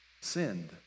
sinned